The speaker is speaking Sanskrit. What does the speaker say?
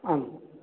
आम्